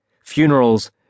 Funerals